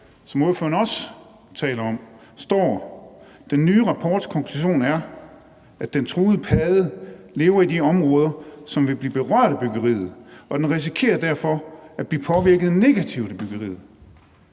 som ordføreren også taler om, står: Den nye rapports konklusion er, at den truede padde lever i de områder, som vil blive berørt af byggeriet, og den risikerer derfor at blive påvirket negativt af byggeriet.